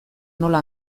nola